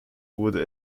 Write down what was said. wurde